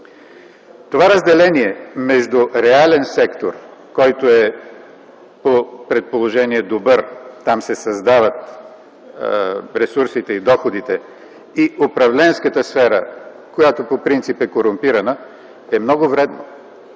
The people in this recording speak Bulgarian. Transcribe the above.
Това разделение между реален сектор, който е по предположение добър – там се създават ресурсите и доходите, и управленската сфера, която по принцип е корумпирана, е много вредно.